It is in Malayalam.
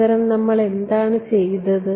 പകരം നമ്മൾ എന്താണ് ചെയ്തത്